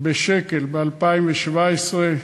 בשקל ב-2017.